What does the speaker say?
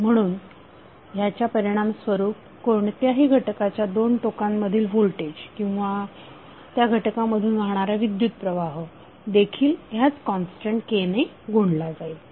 म्हणून ह्याच्या परिणाम स्वरूप कोणत्याही घटकाच्या दोन टोकांमधील व्होल्टेज किंवा त्या घटका मधून वाहणारा विद्युत् प्रवाह देखील ह्याच कॉन्स्टंट K ने गुणला जाईल